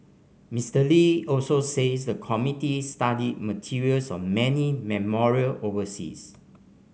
Mister Lee also says the committee study materials on many memorials overseas